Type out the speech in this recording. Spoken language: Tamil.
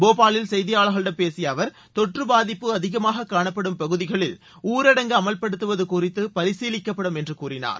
போபாலில் செய்தியாளர்களிடம் பேசிய அவர் தொற்று பாதிப்பு அதிகமாக காணப்படும் பகுதிகளில் ஊரடங்கு அமல்படுத்துவது குறித்து பரிசீலிக்கப்படும் என்று கூறினார்